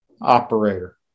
operator